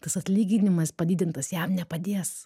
tas atlyginimas padidintas jam nepadės